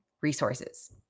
resources